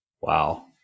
Wow